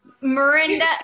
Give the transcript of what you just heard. miranda